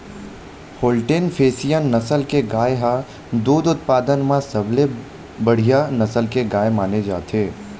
Holstein Friesian नसल के गाय ह दूद उत्पादन म सबले बड़िहा नसल के गाय माने जाथे